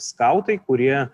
skautai kurie